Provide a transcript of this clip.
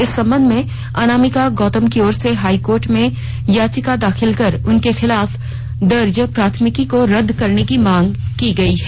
इस संबंध में अनामिका गौतम की ओर से हाई कोर्ट में याचिका दाखिल कर उनके खिलाफ दर्ज प्राथमिकी को रद करने की मांग की गई है